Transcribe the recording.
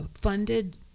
funded